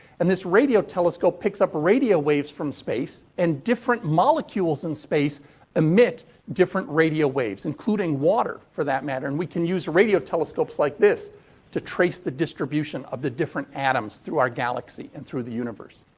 and this radio telescope picks up radio waves from space and different molecules in space emit different radio waves, including water, for that matter. and we can use radio telescopes like this to trace the distribution of the different atoms through our galaxy and through the universe.